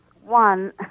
One